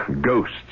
ghosts